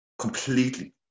Completely